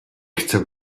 chcę